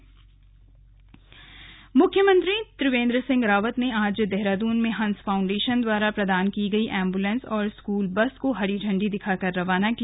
संक्षिप्त समाचार मुख्यमंत्री त्रिवेन्द्र सिंह रावत ने आज देहरादून में हंस फाउंडेशन द्वारा प्रदान की गई एम्बुलेन्स और स्कूल बस को हरी झंडी दिखाकर रवाना किया